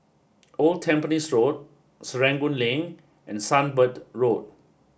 old Tampines Road Serangoon Link and Sunbird Road